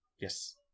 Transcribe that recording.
Yes